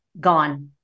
gone